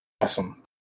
Awesome